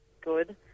good